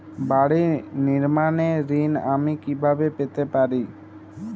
বাড়ি নির্মাণের ঋণ আমি কিভাবে পেতে পারি?